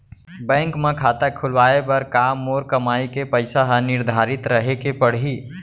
Bank म खाता खुलवाये बर का मोर कमाई के पइसा ह निर्धारित रहे के पड़ही?